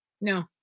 No